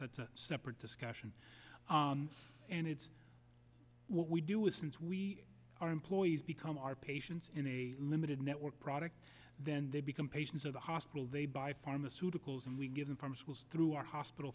that's a separate discussion and it's what we do is since we our employees become our patients in a limited network product then they become patients of the hospital they buy pharmaceuticals and we give them from schools through our hospital